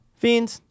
fiends